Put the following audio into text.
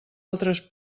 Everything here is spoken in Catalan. altres